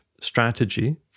strategy